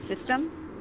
system